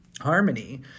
harmony